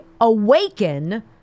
awaken